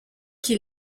qui